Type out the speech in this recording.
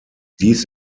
dies